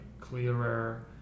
clearer